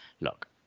look